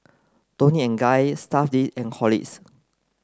Toni and Guy Stuff'd and Horlicks